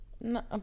No